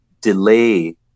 delay